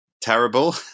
terrible